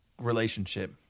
relationship